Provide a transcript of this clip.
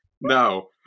No